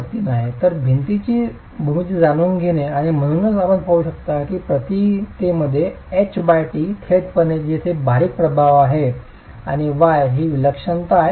तर भिंतीची भूमिती जाणून घेणे आणि म्हणूनच आपण पाहू शकता की प्रतिमेमध्ये h t थेटपणे येते जी बारीक प्रभाव आहे आणि y ही विलक्षणता लक्षात घेते